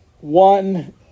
one